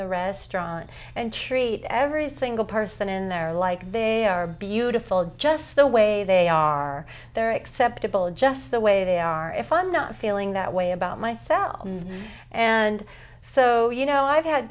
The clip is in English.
the restaurant and treat every single person in there like they are beautiful just the way they are they're acceptable just the way they are if i'm not feeling that way about myself and so you know i've had